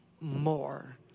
more